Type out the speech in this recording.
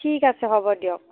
ঠিক আছে হ'ব দিয়ক